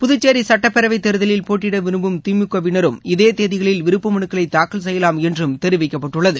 புதுச்சேரி சுட்டப்பேரவைத் தேர்தலில் போட்டியிட விரும்பும் திமுகவினரும் இதே தேதிகளில் விருப்ப மனுக்களை தாக்கல் செய்யலாம் என்றும் தெரிவிக்கப்பட்டுள்ளது